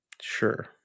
Sure